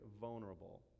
vulnerable